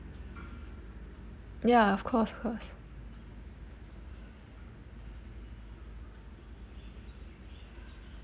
ya of course course